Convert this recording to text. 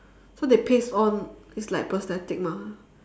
so they paste on it's like prosthetic mah